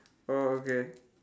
oh okay